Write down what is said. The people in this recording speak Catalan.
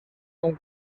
com